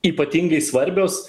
ypatingai svarbios